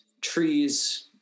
trees